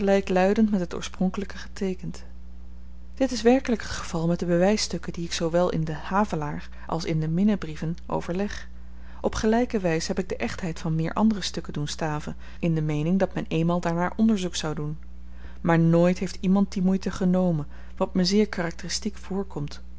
gelykluidend met het oorspronkelyke geteekend dit is werkelyk het geval met de bewysstukken die ik zoowel in den havelaar als in de minnebrieven overleg op gelyke wys heb ik de echtheid van meer andere stukken doen staven in de meening dat men eenmaal daarnaar onderzoek zou doen maar nooit heeft iemand die moeite genomen wat me zeer karakteristiek voorkomt